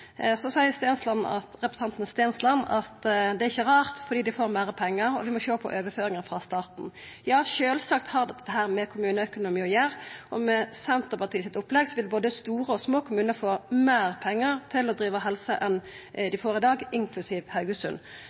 Så seier representanten Stensland at det er ikkje rart, fordi dei får meir pengar, og vi må sjå på overføringane frå staten. Ja, sjølvsagt har dette med kommuneøkonomi å gjera, og med Senterpartiet sitt opplegg vil både store og små kommunar få meir pengar til å driva helse enn dei får i dag, inklusiv Haugesund.